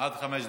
עד חמש דקות.